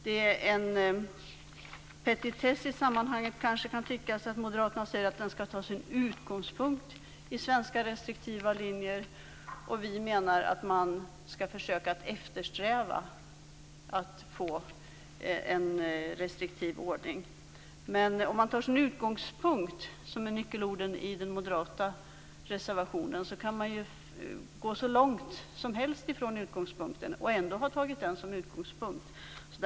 Det kan tyckas vara en petitess när Moderaterna säger att krigsmaterielexporten skall ta sin utgångspunkt i svenska restriktiva linjer, och vi menar att man skall försöka eftersträva en restriktiv ordning. Ett nyckelord i den moderata reservationen är utgångspunkt. Man kan gå hur långt som helst från utgångspunkten och ändå ha tagit den utgångspunkten.